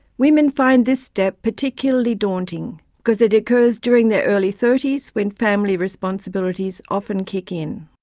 women find this step particularly daunting, because it occurs during their early thirties, when family responsibilities often kick in.